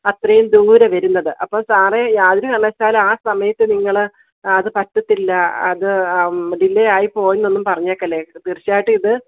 അത്രയും ദൂരെ വരുന്നത് അപ്പോൾ സാറെ യാതൊരു കാരണവശാലും ആ സമയത്ത് നിങ്ങള് അത് പറ്റത്തില്ല അത് ഡിലെ ആയി പോയെന്നൊന്നും പറഞ്ഞേക്കല്ലേ തീര്ച്ചയായിട്ടും ഇത്